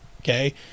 Okay